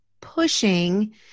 pushing